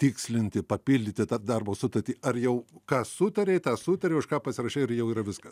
tikslinti papildyti tą darbo sutartį ar jau ką sutarei tą sutarei už ką pasirašei ir jau yra viskas